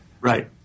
Right